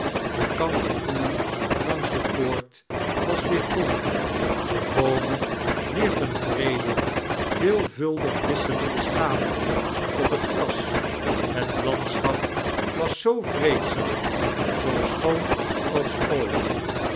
de kamperfoelie langs de poort was weer groein de boomen wierpen breede vieelvuldig wisselende schaduwen iop het gxas net landschap was zoo vteedzaam zoo schoon als ooit